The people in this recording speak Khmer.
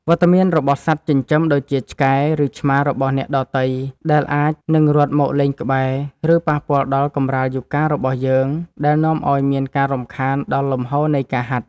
វត្តមានរបស់សត្វចិញ្ចឹមដូចជា ឆ្កែ ឬឆ្មារបស់អ្នកដទៃ ដែលអាចនឹងរត់មកលេងក្បែរ ឬប៉ះពាល់ដល់កម្រាលយូហ្គារបស់យើង ដែលនាំឱ្យមានការរំខានដល់លំហូរនៃការហាត់។